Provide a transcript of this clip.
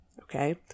okay